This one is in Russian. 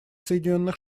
соединенных